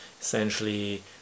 essentially